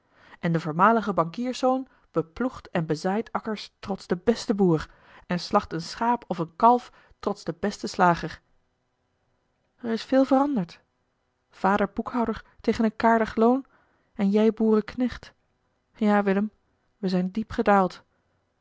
en de voormalige bankierszoon beploegt en bezaait akkers trots den besten boer en slacht een schaap of een kalf trots den besten slager er is veel veranderd vader boekhouder tegen een karig loon en jij boerenknecht ja willem we zijn diep gedaald